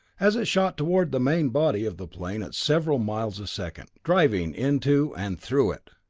as it shot toward the main body of the plane at several miles a second driving into and through it!